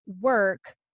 work